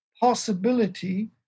possibility